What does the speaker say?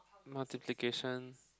multiplications